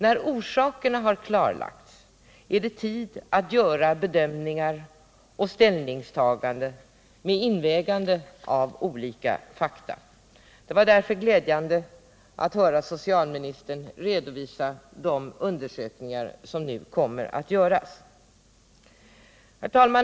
När orsakerna har klarats upp är det tid att göra bedömningar och ställningstaganden med invägande av olika fakta. Därför var det glädjande att höra socialministern redovisa de undersökningar som nu kommer att göras. Herr talman!